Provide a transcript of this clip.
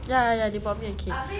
ya ya ya they bought me a cake